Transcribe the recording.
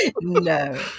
No